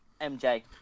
MJ